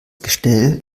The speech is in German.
gestell